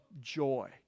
joy